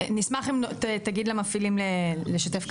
אז נשמח אם תגיד למפעילים לשתף כאן פעולה.